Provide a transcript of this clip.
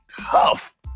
tough